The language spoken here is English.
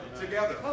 together